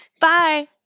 Bye